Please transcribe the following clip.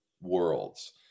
worlds